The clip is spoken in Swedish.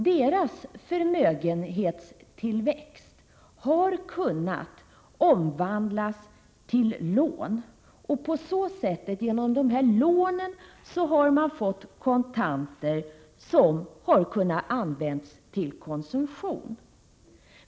Deras förmögenhetstillväxt har kunnat omvandlas till lån, och på så sätt har man fått kontanter som har kunnat användas till konsumtion.